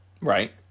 Right